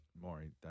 Maury